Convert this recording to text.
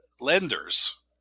lenders